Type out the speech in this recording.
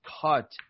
cut